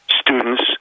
students